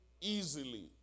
easily